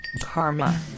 karma